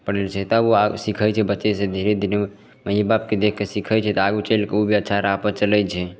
पड़ै छै तब ओ आब सिखै छै बच्चेसे धीरे धीरे दुनू माइए बापके देखिके सिखै छै तऽ आगू चलिके अच्छा राहपर चलै छै